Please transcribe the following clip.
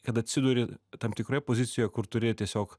kad atsiduri tam tikroje pozicijoje kur turi tiesiog